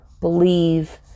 believe